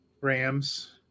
Rams